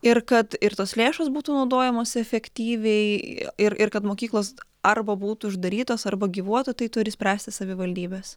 ir kad ir tos lėšos būtų naudojamos efektyviai ir ir kad mokyklos arba būtų uždarytos arba gyvuotų tai turi spręsti savivaldybės